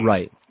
Right